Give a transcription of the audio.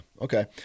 Okay